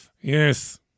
Yes